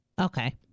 okay